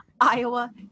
Iowa